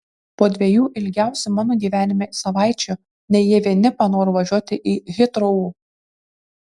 po dviejų ilgiausių mano gyvenime savaičių ne jie vieni panoro važiuoti į hitrou